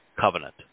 covenant